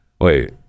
Wait